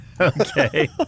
Okay